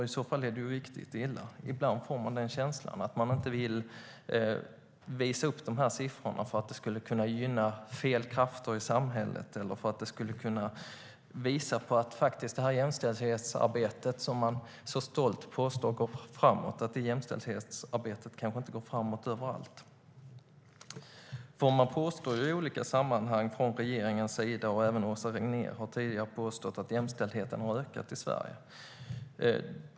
I så fall är det riktigt illa. Ibland får jag känslan att man inte vill visa upp de här siffrorna därför att det skulle kunna gynna fel krafter i samhället eller skulle kunna visa på att det jämställdhetsarbete som man så stolt påstår går framåt kanske inte går framåt överallt. Regeringen påstår ju i olika sammanhang och även Åsa Regnér har tidigare påstått att jämställdheten har ökat i Sverige.